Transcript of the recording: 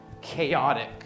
chaotic